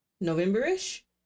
November-ish